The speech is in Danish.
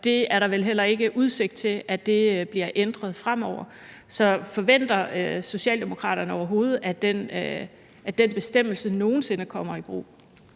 det er der vel heller ikke udsigt til bliver ændret fremover. Så forventer Socialdemokraterne overhovedet, at den bestemmelse nogen sinde kommer i brug?